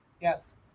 yes